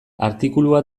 artikulua